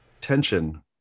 tension